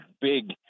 big